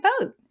vote